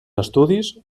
estudis